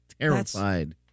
Terrified